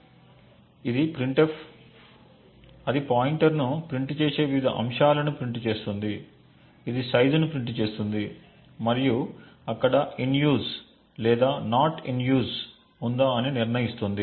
కాబట్టి ఇది printf అది పాయింటర్ను ప్రింట్ చేసే వివిధ అంశాలను ప్రింట్ చేస్తుంది ఇది సైజు ని ప్రింట్ చేస్తుంది మరియు అక్కడ in use లేదా not in use ఉందా అని నిర్ణయిస్తుంది